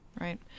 Right